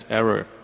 error